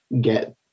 get